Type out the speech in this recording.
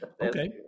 Okay